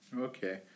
Okay